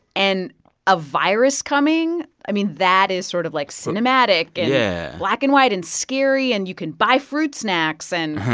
and a virus coming i mean, that is sort of, like, cinematic and yeah black and white and scary. and you can buy fruit snacks. and,